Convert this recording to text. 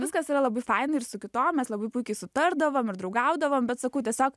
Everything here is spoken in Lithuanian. viskas yra labai faina ir su kitom mes labai puikiai sutardavom ir draugaudavom bet sakau tiesiog